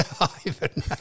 Ivan